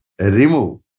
remove